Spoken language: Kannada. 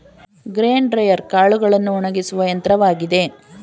ಗ್ರೇನ್ ಡ್ರೈಯರ್ ಕಾಳುಗಳನ್ನು ಒಣಗಿಸುವ ಯಂತ್ರವಾಗಿದೆ